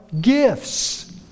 gifts